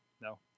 No